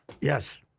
Yes